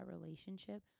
relationship